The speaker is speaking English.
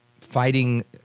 fighting